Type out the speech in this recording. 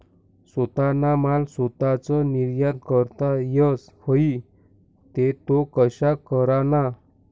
सोताना माल सोताच निर्यात करता येस व्हई ते तो कशा कराना?